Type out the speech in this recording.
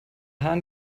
hahn